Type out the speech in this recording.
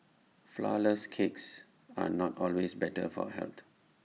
Flourless Cakes are not always better for health